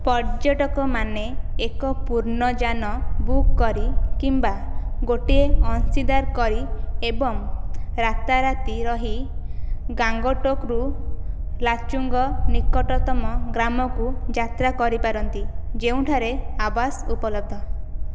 ପର୍ଯ୍ୟଟକମାନେ ଏକ ପୂର୍ଣ୍ଣ ଯାନ ବୁକ୍ କରି କିମ୍ବା ଗୋଟିଏ ଅଂଶୀଦାର କରି ଏବଂ ରାତାରାତି ରହି ଗାଙ୍ଗଟକ୍ରୁ ଲାଚୁଙ୍ଗ ନିକଟତମ ଗ୍ରାମକୁ ଯାତ୍ରା କରିପାରନ୍ତି ଯେଉଁଠାରେ ଆବାସ ଉପଲବ୍ଧ